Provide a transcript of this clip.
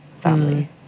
family